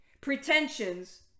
pretensions